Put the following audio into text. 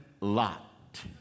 lot